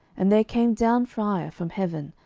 and there came down fire from heaven,